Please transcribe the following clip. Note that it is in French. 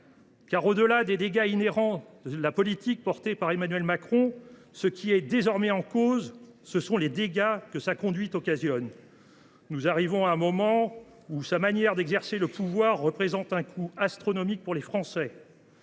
car, au delà des dégâts inhérents de la politique promue par Emmanuel Macron, ce qui est désormais en cause, ce sont les dégâts que sa conduite entraîne. Nous arrivons à un moment où sa manière d’exercer le pouvoir représente un coût astronomique pour les Français.